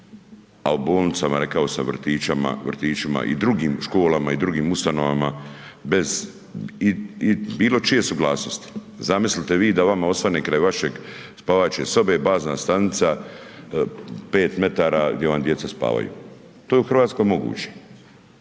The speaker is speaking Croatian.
a u bolnicama, rekao sam, u vrtićima i drugim školama i drugim ustanovama, bez bilo čije suglasnosti. Zamislite vi da vama osvane kraj vaše spavaće sobe bazna stanica 5m gdje vam djeca spavaju. To je u RH moguće,